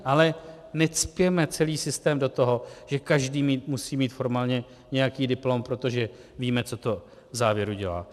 Ale necpěme celý systém do toho, že každý musí mít formálně nějaký diplom, protože víme, co to v závěru dělá.